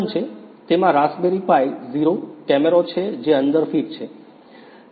તેમાં Raspberry Pi Zero camera છે જે અંદર ફિટ છે